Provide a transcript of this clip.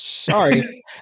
Sorry